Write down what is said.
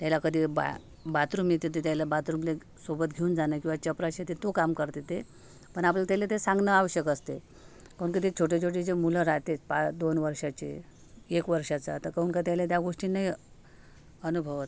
त्याला कधी बा बाथरूम येते तर त्याला बाथरूमले सोबत घेऊन जाणे किंवा चपराशी येते तो काम करते ते पण सांगणं आपल्याला त्याहले ते आवश्यक असते काहून का ते छोटे छोटे जे मुलं राहते पा दोन वर्षाचे एक वर्षाचा तर कहून का त्याहले त्या गोष्टी नाही अनुभवत